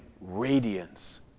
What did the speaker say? radiance